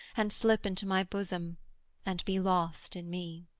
and slip into my bosom and be lost in me